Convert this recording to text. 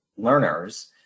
learners